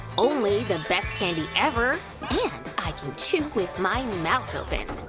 only the best candy ever! and i can chew with my mouth open.